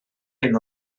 hyn